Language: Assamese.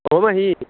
অঁ মাহী